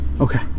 okay